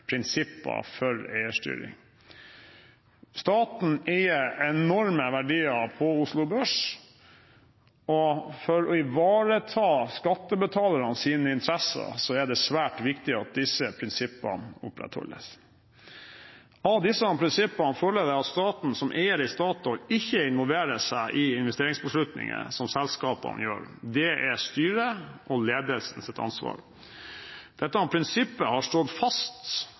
prinsipper for eierstyring. Staten eier enorme verdier på Oslo Børs, og for å ivareta skattebetalernes interesser er det svært viktig at disse prinsippene opprettholdes. Av disse prinsippene følger det at staten som eier i Statoil ikke involverer seg i investeringsbeslutninger som selskapene gjør. Det er styrets og ledelsens ansvar. Dette prinsippet har stått fast